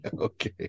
Okay